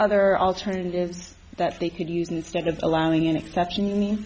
other alternatives that they could use instead of allowing an exception you